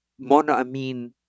monoamine